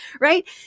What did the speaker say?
right